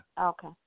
Okay